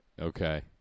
Okay